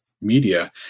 media